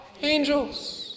angels